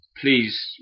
Please